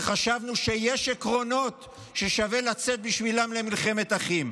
חשבנו שיש עקרונות ששווה לצאת בשבילם למלחמת אחים.